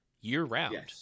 year-round